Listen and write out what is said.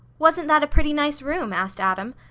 wasn't that a pretty nice room? asked adam.